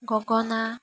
গগনা